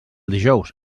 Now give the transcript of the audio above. dijous